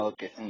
Okay